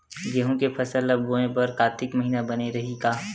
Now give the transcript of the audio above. गेहूं के फसल ल बोय बर कातिक महिना बने रहि का?